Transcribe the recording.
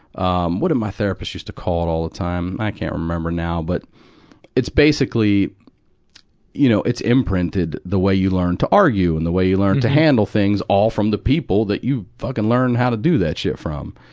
um, what did my therapist used to call it all the time? i can't remember now, but it's basically you know, it's imprinted, imprinted, the way you learn to argue, and the way you learn to handle things, all from the people that you fucking learned how to do that shit from.